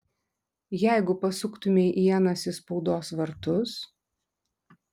jeigu pasuktumei ienas į spaudos vartus